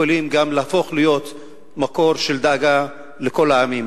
יכולים גם להפוך להיות מקור של דאגה לכל העמים.